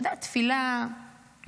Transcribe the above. אתה יודע, תפילה --- מהלב.